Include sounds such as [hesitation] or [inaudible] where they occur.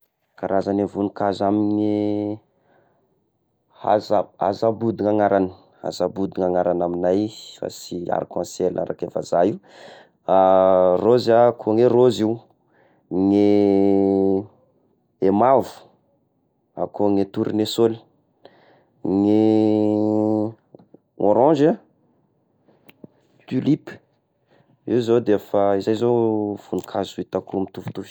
Karazagn'ny voninkazo amin'ny haza- hazabody ny agnarany, hazabody ny agnarany amignay fa sy arc en ciel araky avazahy, [hesitation] rose ah koa eh rouge io, ny i mavo akoa ny tornesôly, ny orange ah tulips, io zao defa zay zao voninkazo hitako mitovitovy.